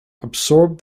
absorb